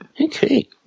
Okay